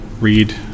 read